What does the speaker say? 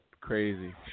Crazy